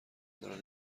دارد